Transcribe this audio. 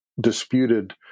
disputed